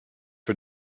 for